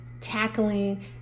tackling